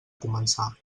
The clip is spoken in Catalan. començar